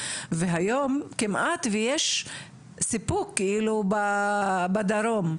והיום כמעט ויש סיפוק בדרום,